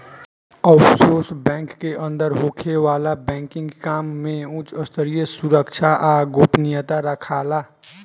offshore bank के अंदर होखे वाला बैंकिंग काम में उच स्तरीय सुरक्षा आ गोपनीयता राखाला